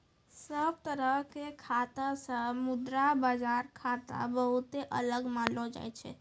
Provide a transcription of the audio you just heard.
सब तरह के खाता से मुद्रा बाजार खाता बहुते अलग मानलो जाय छै